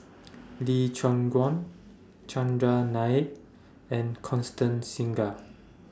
Lee Choon Guan Chandran Nair and Constance Singam